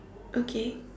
okay